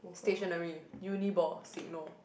stationary Uni Ball Signo